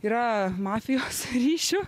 yra mafijos ryšių